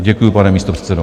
Děkuju, pane místopředsedo.